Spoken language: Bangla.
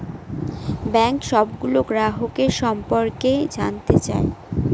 ব্যাঙ্ক সবগুলো গ্রাহকের সম্পর্কে জানতে চায়